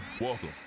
Welcome